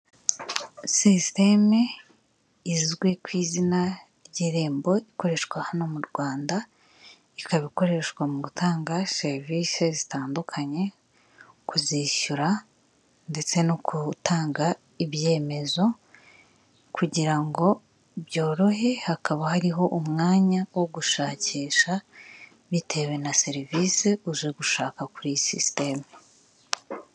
Sisiteme izwi ku izina ry'irembo, ikoreshwa hano mu Rwanda, ikaba ikoreshwa mu gutanga serivisi zitandukanye, kuzishyura ndetse no gutanga ibyemezo, kugira ngo byorohe hakaba hariho umwanya wo gushakisha bitewe na serivisi uje gushaka kuri sisiteme.